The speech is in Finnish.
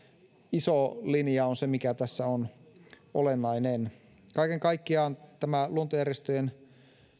iso linja on se mikä tässä on olennainen kaiken kaikkiaan tämä luontojärjestöjen